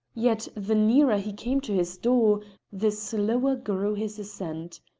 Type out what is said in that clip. yet the nearer he came to his door the slower grew his ascent.